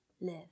live